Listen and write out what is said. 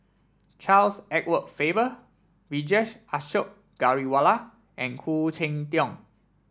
Charles Edward Faber Vijesh Ashok Ghariwala and Khoo Cheng Tiong